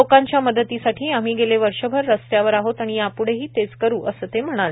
लोकांच्या मदतीसाठी आम्ही गेले वर्षभर रस्त्यावर आहोत आणि याप्ढेही तेच करू असं ते म्हणाले